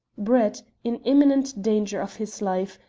brett, in imminent danger of his life,